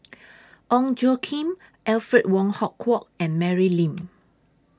Ong Tjoe Kim Alfred Wong Hong Kwok and Mary Lim